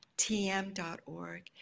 tm.org